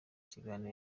kiganiro